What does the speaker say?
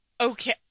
okay